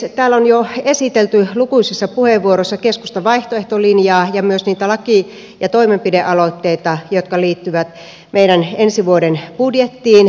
täällä on jo esitelty lukuisissa puheenvuoroissa keskustan vaihtoehtolinjaa ja myös niitä laki ja toimenpidealoitteita jotka liittyvät meidän ensi vuoden budjettiin